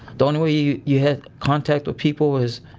the only way you you had contact with people is,